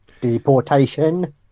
Deportation